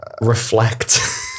Reflect